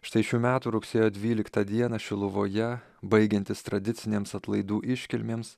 štai šių metų rugsėjo dvyliktą dieną šiluvoje baigiantis tradicinėms atlaidų iškilmėms